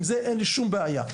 עם זה אין לי שום בעיה.